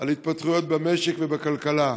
על התפתחויות במשק ובכלכלה.